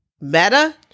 Meta